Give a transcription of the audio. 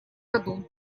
году